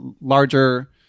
larger